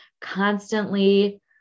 constantly